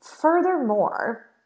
furthermore